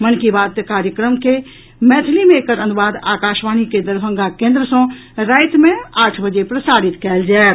मन की बात कार्यक्रम के मैथिली मे एकर अनुवाद आकाशवाणी के दरभंगा केन्द्र सँ राति मे आठ बजे प्रसारित कयल जायत